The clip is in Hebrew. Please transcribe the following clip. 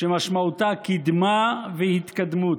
שמשמעותה קדמה והתקדמות.